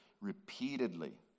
repeatedly